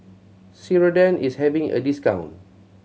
Ceradan is having a discount